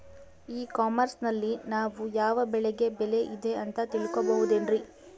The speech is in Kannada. ಇ ಕಾಮರ್ಸ್ ನಲ್ಲಿ ನಾವು ಯಾವ ಬೆಳೆಗೆ ಬೆಲೆ ಇದೆ ಅಂತ ತಿಳ್ಕೋ ಬಹುದೇನ್ರಿ?